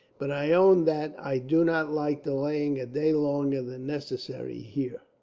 but i own that i do not like delaying a day longer than necessary, here.